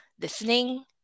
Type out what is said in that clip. listening